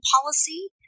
policy